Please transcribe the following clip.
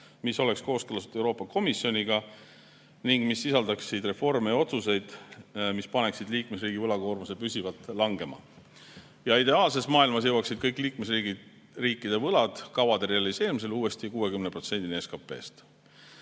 mis oleks kooskõlastatud Euroopa Komisjoniga ning mis sisaldaksid reforme ja otsuseid, mis paneksid liikmesriigi võlakoormuse püsivalt langema. Ideaalses maailmas jõuaksid kõigi liikmesriikide võlad kavade realiseerimisel uuesti 60%-ni SKP-st.